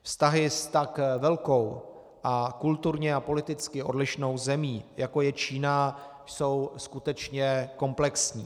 Vztahy s tak velkou a kulturně a politicky odlišnou zemí, jako je Čína, jsou skutečně komplexní.